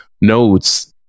notes